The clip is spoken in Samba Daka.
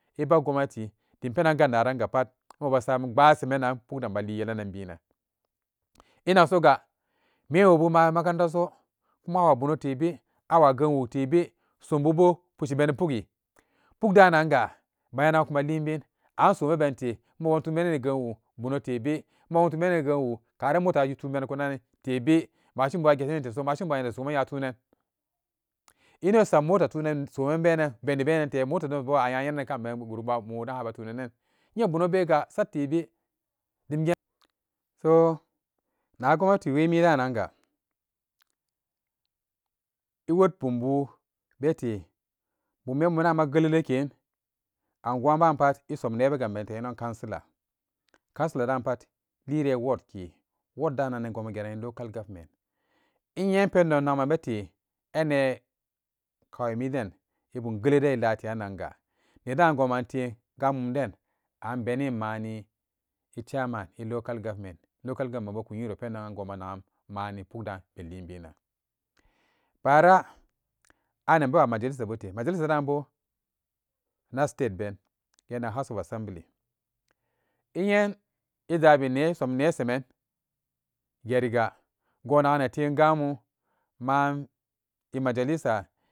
Ɛ bak gomnati dim penan ganaranga pat ɛbasemenan pukden be li yelanan binan ɛnaksoga menwobu mari makaranta so kuma awa bono tebe, awa genwu tebe, sombubo pushi beni pugi, pukdananga mayanagan kumalin bin, an sombe bente ɛma won tunmeri ni genwu bono tebe ɛma won tumeriri ɛ genwu karan mota a yib tumerikunnan teɓe, mashin bo a ge shenin teso, mashin a nyan nesoman nya tunan, inno isam mota tunan soman benan, beni benante motaden bo a nya yenanan kaben guri pban goden abe tunanan, inye bono bega satebe dimgen so na gomnati wemi daranga iwot bumbu bete, bummembu dama gyeleleke, anguwa manpat isom nebe gamte uno councilor councilor dan pat lire ward ke, ward da nanni gonbu gerani local government inye pendon nakman bete, anne kawe mi den ɛ gum gyeleleden ila te ranga nedan gomaten gam mumden an benin ɛ chairman ɛ local government, local government kuyinu penan gonmanagan mani ouk dan belin binan baara anan bewa majalisa bute, majalisadanbo na state ben gen nagan house of assembly inyen ɛ zabine som ne semen geriga gonagan neten gammum man ɛ majalisa